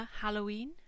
Halloween